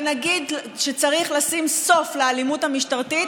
ונגיד שצריך לשים סוף לאלימות המשטרתית,